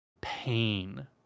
pain